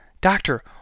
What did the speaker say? Doctor